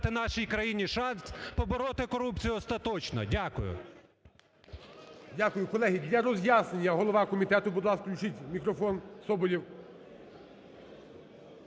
Дякую.